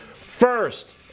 First